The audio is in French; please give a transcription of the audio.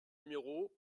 numéro